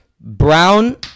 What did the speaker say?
Brown